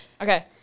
Okay